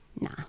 Nah